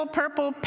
purple